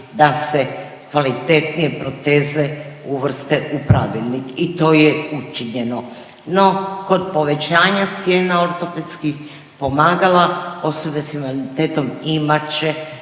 da se kvalitetnije proteze uvrste u pravilnik i to je učinjeno, no kod povećanja cijena ortopedskih pomagala, osobe s invaliditetom imat će